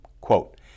Quote